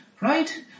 Right